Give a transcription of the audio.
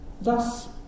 Thus